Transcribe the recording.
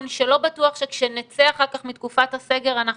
שלא בטוח שכשנצא אחר כך מתקופת הסגר אנחנו